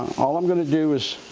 all i'm gonna do is